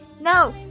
No